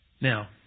Now